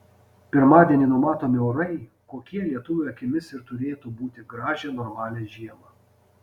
pirmadienį numatomi orai kokie lietuvio akimis ir turėtų būti gražią normalią žiemą